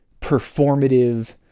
performative